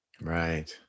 Right